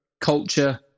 culture